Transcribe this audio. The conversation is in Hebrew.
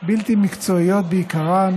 בלתי מקצועיות בעיקרן